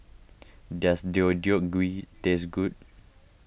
does Deodeok Gui taste good